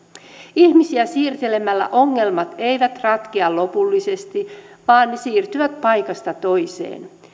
ihmisiä siirtelemällä ongelmat eivät ratkea lopullisesti vaan ne siirtyvät paikasta toiseen